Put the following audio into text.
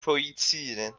projizieren